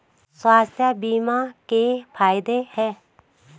स्वास्थ्य बीमा के फायदे हैं?